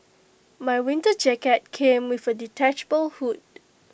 my winter jacket came with A detachable hood